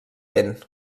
vent